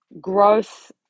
Growth